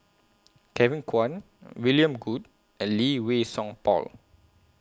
Kevin Kwan William Goode and Lee Wei Song Paul